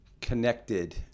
connected